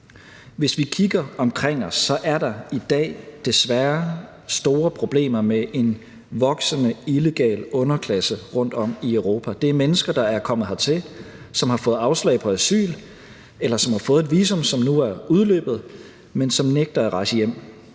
Hvis vi kigger omkring os, er der i dag desværre store problemer med en voksende illegal underklasse rundtom i Europa. Det er mennesker, der er kommet hertil, som har fået afslag på asyl, eller som har fået et visum, der nu er udløbet, men som nægter at rejse hjem.